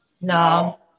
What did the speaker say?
No